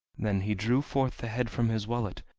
then he drew forth the head from his wallet,